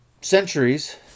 centuries